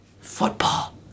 football